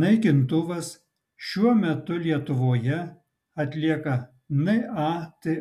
naikintuvas šiuo metu lietuvoje atlieka nato